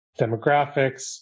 demographics